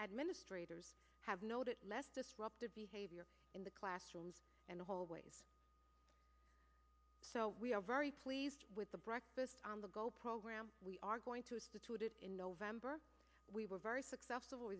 administrators have noted less disruptive behavior in the classrooms and the hallways so we are very pleased with the breakfast on the go program we are going to institute in november we were very successful